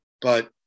But-